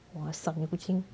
kurang asam punya kucing